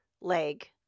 leg